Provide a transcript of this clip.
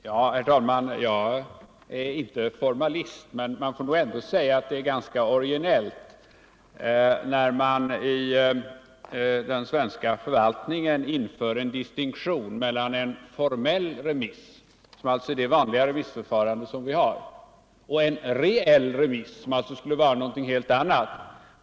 Herr talman! Jag är inte formalist, men jag får nog ändå säga att det är ganska originellt när man i den svenska förvaltningen inför en distinktion mellan en formell remiss — som alltså är det vanliga remissförfarandet — och en reell remiss, som skulle vara något helt annat.